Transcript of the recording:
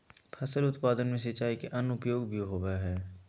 फसल उत्पादन में सिंचाई के अन्य उपयोग भी होबय हइ